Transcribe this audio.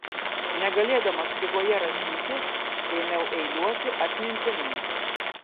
negalėdamas ligoje rašyti ėmiau eiliuoti atmintinai